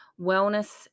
wellness